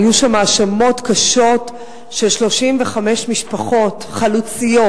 היו שם האשמות קשות על 35 משפחות חלוציות,